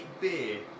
beer